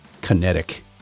kinetic